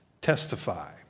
testify